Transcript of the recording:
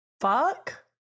fuck